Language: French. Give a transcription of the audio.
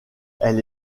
elle